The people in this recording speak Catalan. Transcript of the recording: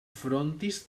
frontis